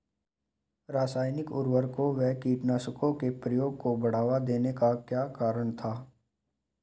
रासायनिक उर्वरकों व कीटनाशकों के प्रयोग को बढ़ावा देने का क्या कारण था?